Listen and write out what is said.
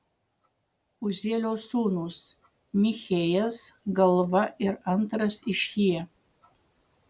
uzielio sūnūs michėjas galva ir antras išija